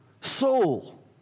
soul